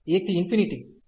11xx 1dx છે